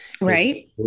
right